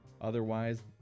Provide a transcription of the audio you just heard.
Otherwise